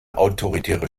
autoritäre